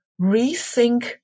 rethink